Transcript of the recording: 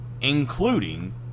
including